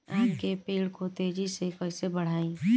आम के पेड़ को तेजी से कईसे बढ़ाई?